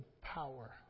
power